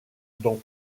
dans